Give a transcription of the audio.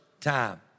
time